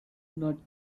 not